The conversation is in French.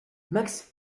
max